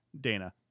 Dana